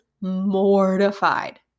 mortified